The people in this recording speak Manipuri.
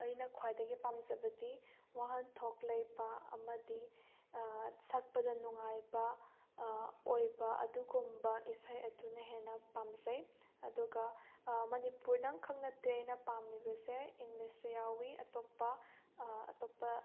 ꯑꯩꯅ ꯈ꯭ꯋꯥꯏꯗꯒꯤ ꯄꯥꯝꯖꯕꯗꯤ ꯋꯥꯍꯟꯊꯣꯛ ꯂꯩꯕ ꯑꯃꯗꯤ ꯁꯛꯄꯗ ꯅꯨꯡꯉꯥꯏꯕ ꯑꯣꯏꯕ ꯑꯗꯨꯒꯨꯝꯕ ꯏꯁꯩ ꯑꯗꯨꯅ ꯍꯦꯟꯅ ꯄꯥꯝꯖꯩ ꯑꯗꯨꯒ ꯃꯅꯤꯄꯨꯔꯗꯪ ꯈꯛ ꯅꯠꯇꯦ ꯑꯩꯅ ꯄꯥꯝꯂꯤꯕꯁꯦ ꯏꯪꯂꯤꯁꯨ ꯌꯥꯎꯏ ꯑꯇꯣꯞꯄ ꯑꯇꯣꯞꯄ